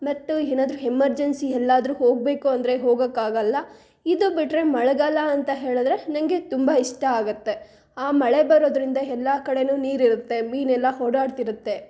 ಮತ್ತು ಏನಾದ್ರು ಹೆಮರ್ಜೆನ್ಸಿ ಎಲ್ಲಾದ್ರು ಹೋಗಬೇಕು ಅಂದರೆ ಹೋಗೊಕ್ಕಾಗೋಲ್ಲ ಇದು ಬಿಟ್ಟರೆ ಮಳೆಗಾಲ ಅಂತ ಹೇಳಿದ್ರೆ ನನಗೆ ತುಂಬ ಇಷ್ಟ ಆಗುತ್ತೆ ಆ ಮಳೆ ಬರೋದರಿಂದ ಎಲ್ಲಾ ಕಡೆಯೂ ನೀರಿರುತ್ತೆ ಮೀನೆಲ್ಲಾ ಓಡಾಡ್ತಿರುತ್ತೆ